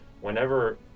whenever